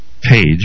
page